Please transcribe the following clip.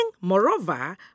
moreover